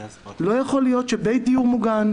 לא יכול להיות שבית דיור מוגן,